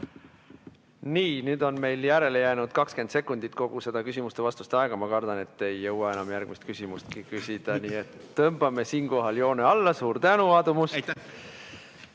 Nüüd on meil järele jäänud 20 sekundit kogu seda küsimuste-vastuste aega ja ma kardan, et ei jõua enam järgmist küsimustki küsida, nii et tõmbame siinkohal joone alla. Suur tänu, Aadu